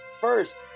first